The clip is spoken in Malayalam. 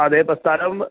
അതെ ഇപ്പം സ്ഥലം